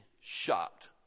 shocked